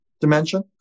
dimension